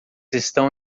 estão